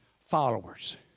Followers